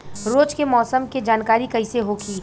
रोज के मौसम के जानकारी कइसे होखि?